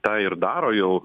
tą ir daro jau